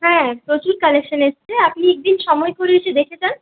হ্যাঁ প্রচুর কালেকশন এসেছে আপনি একদিন সময় করে এসে দেখে যান